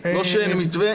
זה לא שאין מתווה,